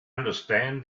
understand